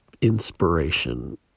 inspiration